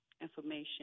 information